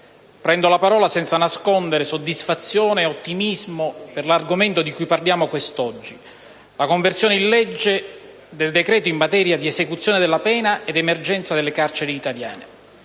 prendo la parola senza nascondere soddisfazione e ottimismo per l'argomento di cui parliamo quest'oggi: la conversione in legge del decreto-legge in materia di esecuzione della pena e di emergenza nelle carceri italiane.